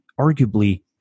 arguably